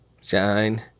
Shine